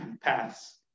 paths